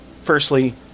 Firstly